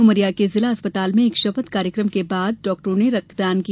उमरिया के जिला अस्पताल में एक शपथ कार्यक्रम के उपरान्त डॉक्टरों ने रक्तदान किया